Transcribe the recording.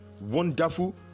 wonderful